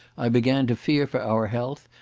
i began to fear for our health,